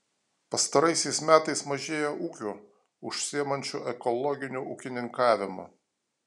pastaraisiais metais mažėja ūkių užsiimančių ekologiniu ūkininkavimu